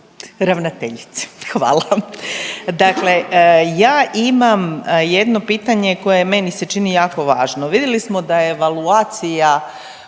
ravnateljice, hvala vam, dakle ja imam jedno pitanje koje je meni se čini jako važno. Vidjeli smo da je evaluacija